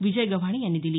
विजय गव्हाणे यांनी दिली